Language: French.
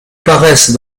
paraissent